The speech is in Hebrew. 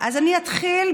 חבר